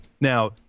Now